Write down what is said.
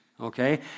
Okay